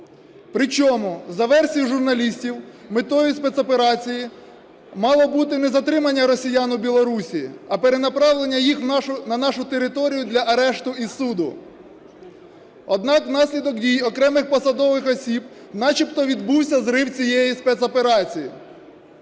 При чому, за версією журналістів, метою спецоперації мало бути не затримання росіян у Білорусії, а перенаправлення їх на нашу територію для арешту і суду. Однак, внаслідок дій окремих посадових осіб, начебто відбувся зрив цієї спецоперації.